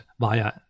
via